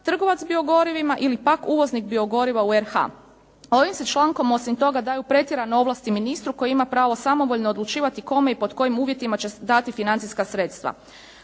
trgovac biogorivima ili pak uvoznik biogoriva u RH. Ovim se člankom osim toga daju pretjerane ovlasti ministru koji ima pravo samovoljno odlučivati kome i pod kojim uvjetima će dati financijska sredstva.